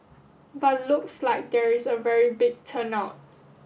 but looks like there is a very big turn out